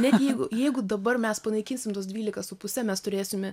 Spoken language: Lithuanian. net jeigu jeigu dabar mes panaikinsim tuos dvylika su puse mes turėsime